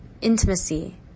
intimacy